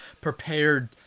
prepared